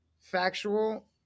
factual